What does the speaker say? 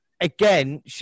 Again